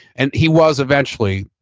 and he was eventually,